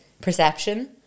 perception